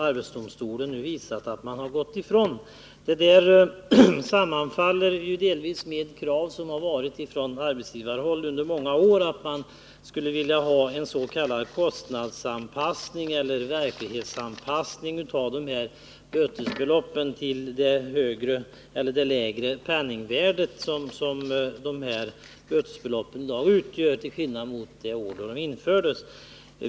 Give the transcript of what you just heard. Arbetsdomstolen har nu visat att den har gått ifrån den principen. Detta sammanfaller delvis med kraven från arbetsgivarhåll under många år på en s.k. kostnadsanpassning eller verklighetsanpassning av bötesbeloppen med hänsyn till penningvärdets försämring sedan det år då beloppen fastställdes.